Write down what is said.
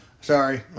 sorry